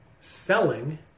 selling